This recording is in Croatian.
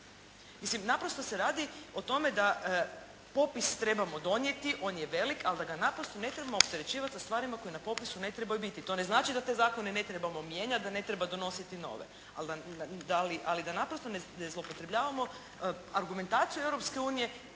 naprosto se radi o tome da popis trebamo donijeti, on je velik ali da ga naprosto ne trebamo opterećivati sa stvarima koje na popisu ne trebaju biti. To ne znači da te zakone ne trebamo mijenjati, da ne treba donositi nove ali da naprosto ne zloupotrebljavamo argumentaciju